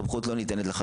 סמכות לא ניתנת לך,